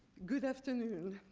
good afternoon.